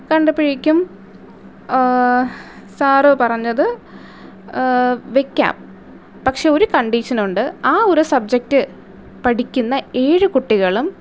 കണ്ടപ്പോഴേക്കും sir പറഞ്ഞത് വയ്ക്കാം പക്ഷെ ഒരു കണ്ടീഷനുണ്ട് ആ ഒരു സബ്ജക്റ്റ് പഠിക്കുന്ന ഏഴ് കുട്ടികളും